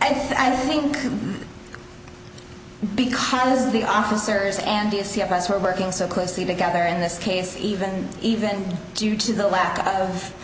and i think because the officers and the a c of us were working so closely together in this case even even due to the lack of